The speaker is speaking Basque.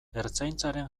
ertzaintzaren